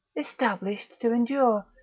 established to endure,